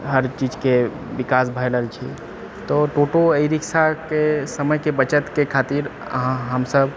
हरचीजके विकास भए रहल छै तऽ टोटो ई रिक्शाके समयके बचतके खातिर अहाँ हमसब